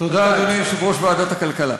תודה, אדוני יושב-ראש ועדת הכלכלה,